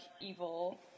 evil